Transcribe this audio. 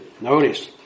Notice